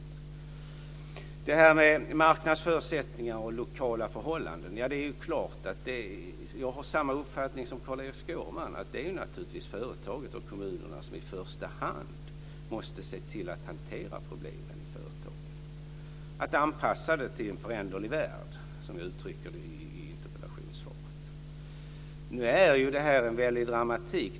När det gäller marknadsförutsättningar och lokala förhållanden har jag samma uppfattning som Carl Erik Skårman. Det är naturligtvis företaget och kommunerna som i första hand måste se till att hantera problemen. Företagen måste anpassas till en föränderlig värld, som jag uttrycker det in interpellationssvaret. Nu finns det här en väldig dramatik.